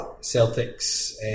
Celtic's